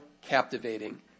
captivating